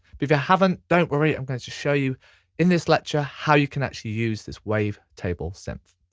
but if you haven't don't worry i'm going to show you in this lecture how you can actually use this wavetable synth.